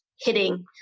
hitting